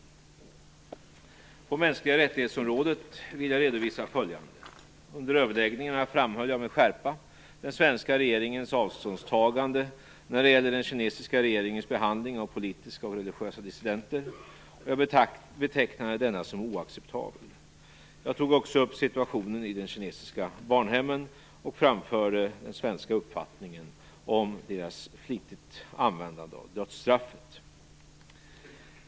På området mänskliga rättigheter vill jag redovisa följande. Under överläggningarna framhöll jag med skärpa den svenska regeringens avståndstagande när det gäller den kinesiska regeringens behandling av politiska och religiösa dissidenter. Jag betecknade denna som oacceptabel. Jag tog också upp situationen i de kinesiska barnhemmen, och jag framförde den svenska uppfattningen om deras flitiga användande av dödsstraffet.